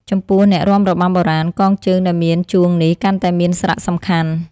ចំពោះ អ្នករាំរបាំបុរាណ កងជើងដែលមានជួងនេះកាន់តែមានសារៈសំខាន់។